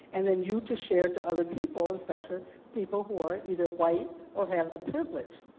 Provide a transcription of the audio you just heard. and then you to share to other people especially people who are either white or have the privilege.